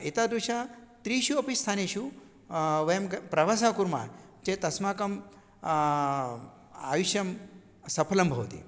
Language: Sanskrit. एतादृश त्रिषु अपि स्थानेषु वयं ग प्रवासः कुर्मः चेत् अस्माकं आयुष्यं सफलं भवति